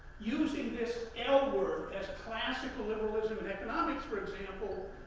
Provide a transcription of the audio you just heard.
using this l word as classic ah liberalism in economics, for example,